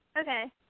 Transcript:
Okay